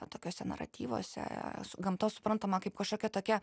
tokiuose naratyvuose gamta suprantama kaip kažkokia tokia